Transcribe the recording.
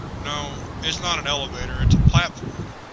no, it's not an elevator. it's a platform.